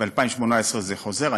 ב-2018 זה חוזר.